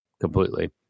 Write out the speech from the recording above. Completely